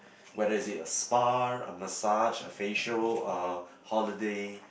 whether is it a spa a massage a facial a holiday